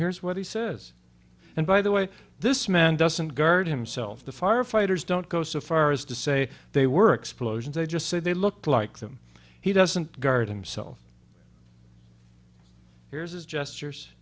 here's what he says and by the way this man doesn't guard himself the firefighters don't go so far as to say they were explosions they just said they looked like them he doesn't guard him self here's his gestures